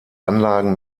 anlagen